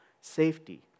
safety